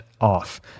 off